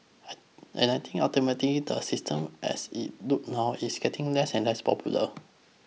and I think ultimately the system as it look now is getting less and less popular